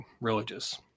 religious